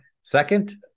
Second